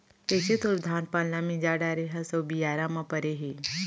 कइसे तोर धान पान ल मिंजा डारे हस अउ बियारा म परे हे